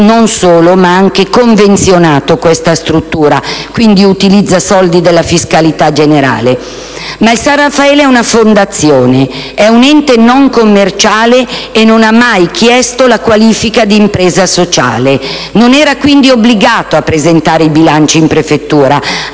ma anche convenzionato questa struttura, e quindi utilizza soldi della fiscalità generale. Ma il San Raffaele è una fondazione, un ente non commerciale e non ha mai chiesto la qualifica di impresa sociale. Non era obbligato a presentare i bilanci in prefettura,